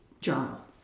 journal